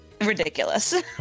ridiculous